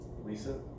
Lisa